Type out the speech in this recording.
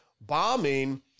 bombing